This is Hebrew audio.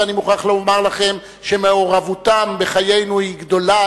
ואני מוכרח לומר לכם שמעורבותן בחיינו היא גדולה.